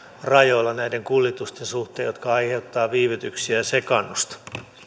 rajoilla näiden kuljetusten suhteen jotka aiheuttavat viivytyksiä ja sekaannusta